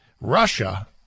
Russia